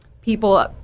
people